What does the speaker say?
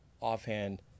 offhand